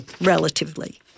relatively